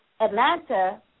Atlanta